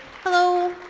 hello.